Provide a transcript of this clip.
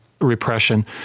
repression